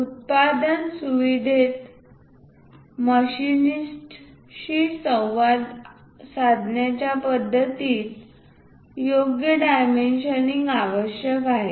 उत्पादन सुविधेत मशिनिस्टशी संवाद साधण्याच्या पद्धतीत योग्य डायमेंशनिंग आवश्यक आहे